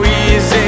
easy